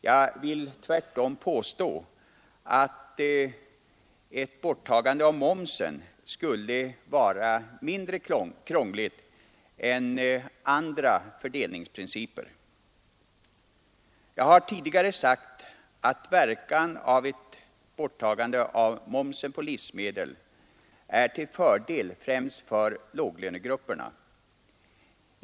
Jag vill tvärtom påstå att ett borttagande av momsen skulle vara mindre krångligt än andra fördelningsprinciper. Som jag tidigare sagt är ett borttagande av momsen på livsmedel till fördel främst för låglönegrupperna.